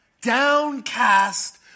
Downcast